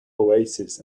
oasis